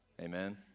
Amen